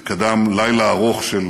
קדם לילה ארוך של